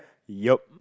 yep